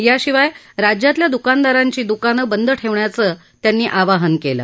याशिवाय राज्यातल्या दुकानदारांनी दुकाने बंद ठेवण्याचं आवाहन त्यांनी केले